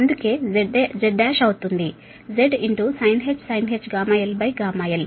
అందుకే Z1 అవుతుంది Z sinh γl γl